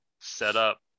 setup